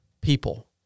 people